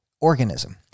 organism